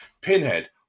Pinhead